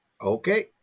okay